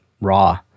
raw